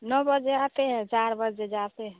नौ बजे आते हैं चार बजे जाते हैं